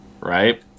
right